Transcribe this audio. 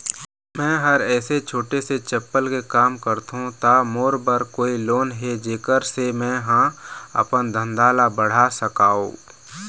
मैं हर ऐसे छोटे से चप्पल के काम करथों ता मोर बर कोई लोन हे जेकर से मैं हा अपन धंधा ला बढ़ा सकाओ?